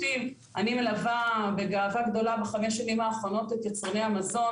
אני מלווה בגאווה גדולה בחמש שנים האחרונות את יצרני המזון